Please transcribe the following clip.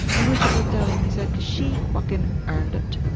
and richard looked at him and he said, cos she fucking earned it.